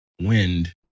wind